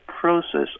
process